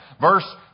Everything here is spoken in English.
Verse